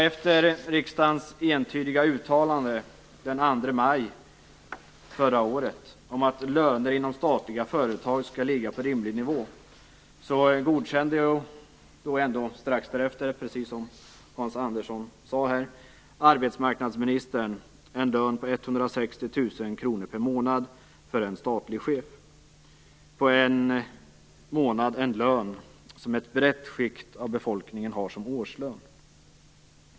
Efter riksdagens entydiga uttalande den 2 maj förra året om att löner inom statliga företag skall ligga på en rimlig nivå godkände arbetsmarknadsministern strax därefter, precis som Hans Andersson sade, en lön på 160 000 kr per månad för en statlig chef, en månadslön som ett brett skikt av befolkningen har som årslön.